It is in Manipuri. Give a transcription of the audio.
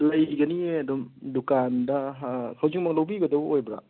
ꯂꯩꯒꯅꯤꯌꯦ ꯑꯗꯨꯝ ꯗꯨꯀꯥꯟꯗ ꯍꯧꯖꯤꯛꯃꯛ ꯂꯧꯕꯤꯒꯗꯧ ꯑꯣꯏꯕ꯭ꯔꯥ